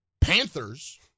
Panthers